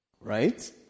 Right